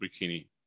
bikini